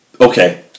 okay